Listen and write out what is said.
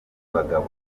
bagabo